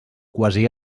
quasi